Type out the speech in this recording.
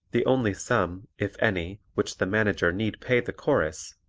the only sum, if any, which the manager need pay the chorus,